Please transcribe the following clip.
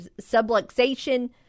subluxation